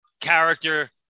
character